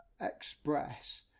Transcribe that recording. express